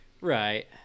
Right